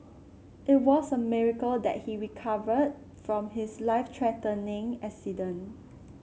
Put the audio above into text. it was a miracle that he recovered from his life threatening accident